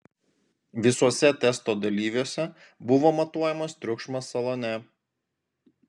visuose testo dalyviuose buvo matuojamas triukšmas salone